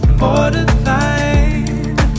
borderline